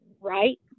right